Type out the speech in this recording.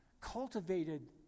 cultivated